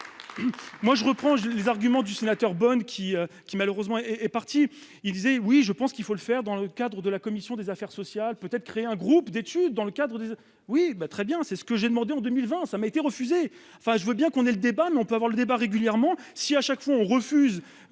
Moi, je reprends les arguments du sénateur bonne qui qui malheureusement est est parti il disait oui je pense qu'il faut le faire dans le cadre de la commission des affaires sociales peut être créé un groupe d'étude dans le cadre. Oui ben très bien, c'est ce que j'ai demandé en 2020. Ça m'a été refusé, enfin je veux bien qu'on ait le débat mais on peut avoir le débat régulièrement si à chaque fois on refuse